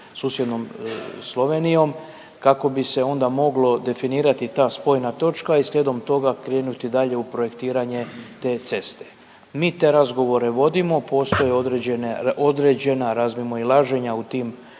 susjednom Slovenijom kako bi se onda moglo definirati ta spojna točka i slijedom toga krenuti dalje u projektiranje te ceste. Mi te razgovore vodimo, postojeće određene, određena razmimoilaženja u tim